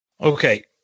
Okay